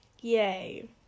Yay